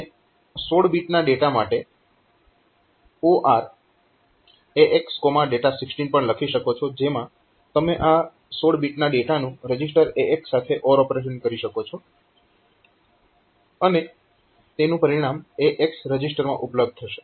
તમે 16 બીટના ડેટા માટે OR AX data16 પણ લખી શકો છો જેમાં તમે આ 16 બીટ ડેટાનું રજીસ્ટર AX સાથે OR ઓપરેશન કરી શકો છો અને તેનું પરિણામ AX રજીસ્ટરમાં ઉપલબ્ધ થશે